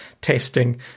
testing